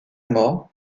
mort